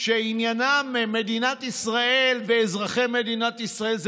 שעניינם מדינת ישראל ואזרחי מדינת ישראל זה